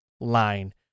line